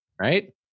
Right